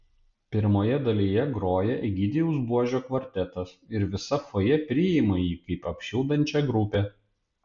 pirmoje dalyje groja egidijaus buožio kvartetas ir visa fojė priima jį kaip apšildančią grupę